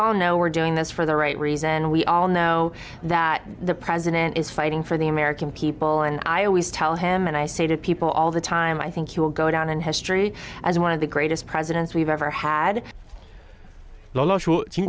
all know we're doing this for the right reason we all know that the president is fighting for the american people and i always tell him and i say to people all the time i think you will go down in history as one of the greatest presidents we've ever had